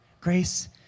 Grace